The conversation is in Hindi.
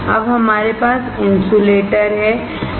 अब हमारे पास इंसुलेटर हैं